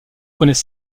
connaît